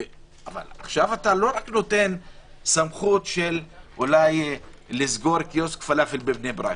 אבל עכשיו אתה לא רק נותן סמכות של אולי לסגור קיוסק פלאפל בבני ברק